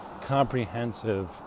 comprehensive